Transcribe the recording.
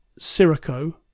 Sirico